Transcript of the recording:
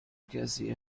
کسی